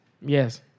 Yes